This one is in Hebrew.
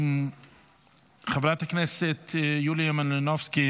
חברת הכנסת יוליה מלינובסקי,